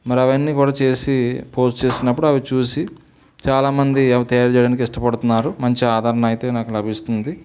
మరి అవన్నీ కూడా చేసి పోస్ట్ చేసినప్పుడు అవి చూసి చాలామంది అవి తయారు చేయడానికి ఇష్టపడుతున్నారు మంచి ఆదరణ అయితే నాకు లభిస్తుంది